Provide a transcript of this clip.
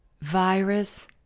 virus